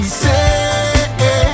say